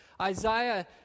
Isaiah